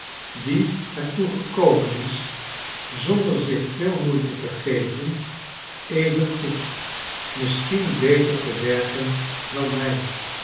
die er toe gekomen is zonder zich veel moeite te geven even goed misschien beter te werken dan hij